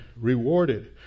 rewarded